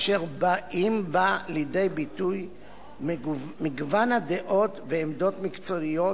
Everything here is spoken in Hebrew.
אשר באות בה לידי ביטוי מגוון דעות ועמדות מקצועיות,